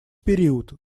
период